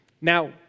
Now